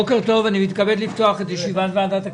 בוקר טוב, אני מתכבד לפתוח את ישיבת ועדת הכספים.